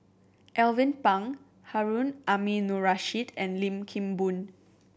Alvin Pang Harun Aminurrashid and Lim Kim Boon